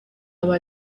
aba